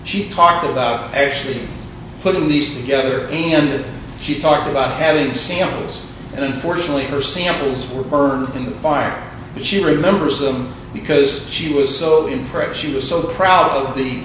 she talked about actually putting these together ended she talked about having samples and unfortunately her samples were burned in the fire but she remembers them because she was so impressed she was so proud of the